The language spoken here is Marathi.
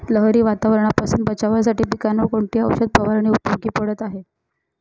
लहरी वातावरणापासून बचावासाठी पिकांवर कोणती औषध फवारणी उपयोगी पडत आहे?